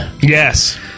yes